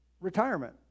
Retirement